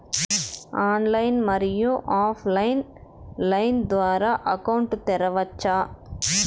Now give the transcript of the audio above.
Online, మరియు offline line ద్వారా account తెరవచ్చా?